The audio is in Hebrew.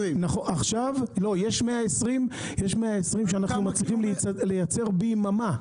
120 ואנחנו מצליחים לייצר ביממה.